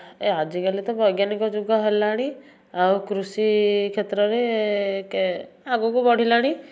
ଏ ଆଜି କାଲି ତ ବୈଜ୍ଞାନିକ ଯୁଗ ହେଲାଣି ଆଉ କୃଷି କ୍ଷେତ୍ରରେ ଆଗକୁ ବଢ଼ିଲାଣି